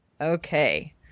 Okay